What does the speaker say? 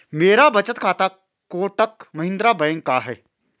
मेरा बचत खाता कोटक महिंद्रा बैंक का है